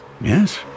Yes